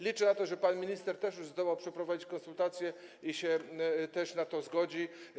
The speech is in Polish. Liczę na to, że pan minister już zdołał przeprowadzić konsultacje, że też się na to zgodzi.